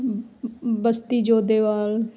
Basti Jodhewal